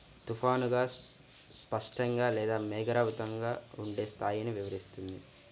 తుఫానుగా, స్పష్టంగా లేదా మేఘావృతంగా ఉండే స్థాయిని వివరిస్తుంది